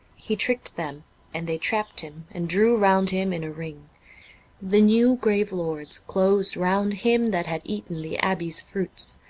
he tricked them and they trapped him and drew round him in a ring the new grave lords closed round him that had eaten the abbey's fruits,